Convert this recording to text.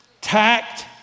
tact